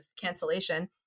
cancellation